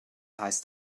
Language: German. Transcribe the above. heißt